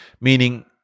meaning